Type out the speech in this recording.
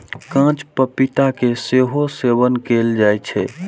कांच पपीता के सेहो सेवन कैल जाइ छै